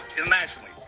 internationally